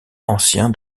ancien